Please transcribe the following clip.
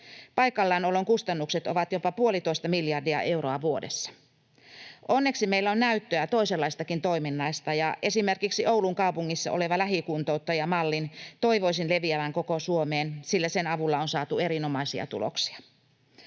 Paikallaanolon kustannukset ovat jopa puolitoista miljardia euroa vuodessa. Onneksi meillä on näyttöä toisenlaisestakin toiminnasta, ja esimerkiksi Oulun kaupungissa olevan lähikuntouttaja-mallin toivoisin leviävän koko Suomeen, sillä sen avulla on saatu erinomaisia tuloksia.